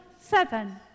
seven